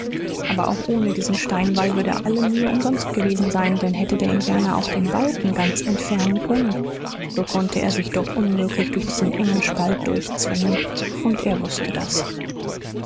aber auch ohne diesen steinwall würde alle mühe umsonst gewesen sein denn hätte der indianer auch den balken ganz entfernen können so konnte er sich doch unmöglich durch diesen engen spalt durchzwängen und er wußte das